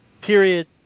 period